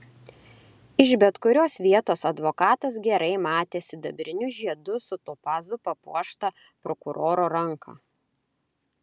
iš bet kurios vietos advokatas gerai matė sidabriniu žiedu su topazu papuoštą prokuroro ranką